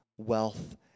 Wealth